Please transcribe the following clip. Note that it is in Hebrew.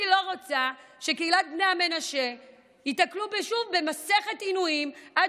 אני לא רוצה שקהילת בני המנשה ייתקלו שוב במסכת עינויים עד